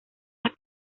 las